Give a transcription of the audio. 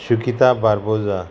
Sukita Barbosa